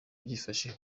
byifashe